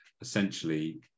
essentially